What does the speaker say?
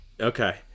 Okay